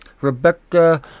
Rebecca